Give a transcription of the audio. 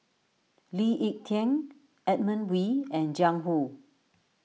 Lee Ek Tieng Edmund Wee and Jiang Hu